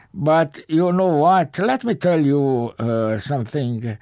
but you know what? let me tell you something.